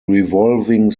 revolving